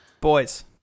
boys